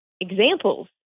examples